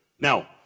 Now